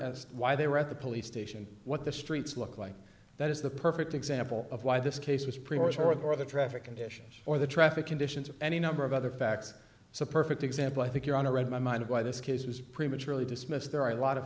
as why they were at the police station what the streets look like that is the perfect example of why this case was premature or the traffic conditions or the traffic conditions or any number of other facts it's a perfect example i think you're on to read my mind of why this case was prematurely dismissed there are a lot of